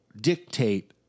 dictate